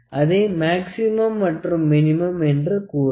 அதை மேக்ஸிமம் மற்றும் மினிமம் என்று கூறுவர்